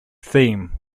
theme